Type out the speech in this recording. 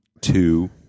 two